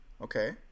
Okay